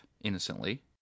innocently